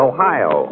Ohio